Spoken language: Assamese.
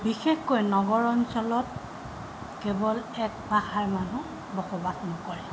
বিশেষকৈ নগৰ অঞ্চলত কেৱল এক ভাষাৰ মানুহ বসবাস নকৰে